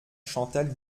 chantal